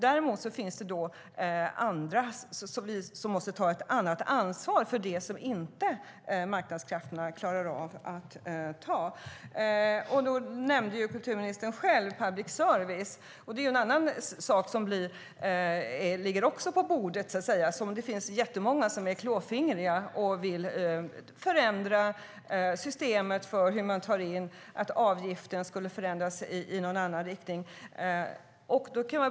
Däremot finns det då andra som måste ta ett ansvar för det som marknadskrafterna inte klarar av att ta ansvar för. Kulturministern nämnde själv public service. Det är en annan sak som ligger på bordet, och det finns jättemånga som är klåfingriga och vill förändra systemet så att avgiften ska tas ut i någon annan riktning.